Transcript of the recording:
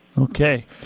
Okay